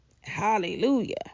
Hallelujah